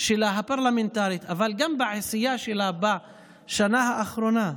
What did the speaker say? הפרלמנטרית שלה אבל גם בעשייה שלה בשנה האחרונה.